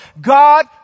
God